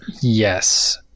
Yes